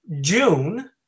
June –